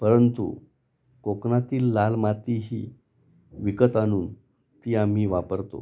परंतु कोकणातील लाल मातीही विकत आणून ती आम्ही वापरतो